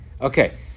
Okay